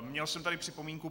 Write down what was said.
Měl jsem tady připomínku.